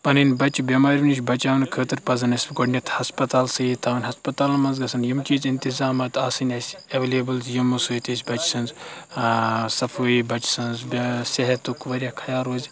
پَنٕنۍ بَچہِ بیٚماریو نِش بَچاونہٕ خٲطرٕ پَزَن اَسہِ گۄڈنیٚتھ ہَسپَتال سہی تھاوَن ہَسپَتالَن منٛز گژھن یِم چیٖز اِنتِظامات آسٕنۍ اَسہِ ایٚویلیبٕل یِمو سۭتۍ أسۍ بَچہِ سٕنٛز صفٲیی بَچہِ سٕنٛز صحتُک واریاہ خیال روزِ